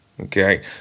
Okay